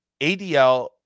ADL